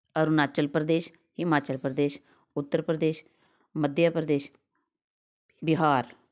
Arunachal Pradesh Himachal Pradesh Uttar Pradesh Madhya Pradesh Bihar